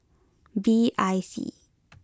B I C